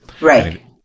Right